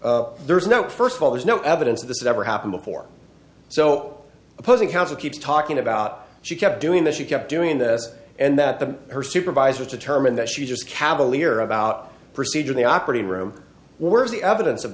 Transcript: court there's no first of all there's no evidence of this ever happened before so opposing counsel keeps talking about she kept doing this she kept doing this and that the her supervisors determined that she just cavalier about procedure in the operating room whereas the evidence of